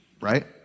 Right